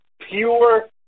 pure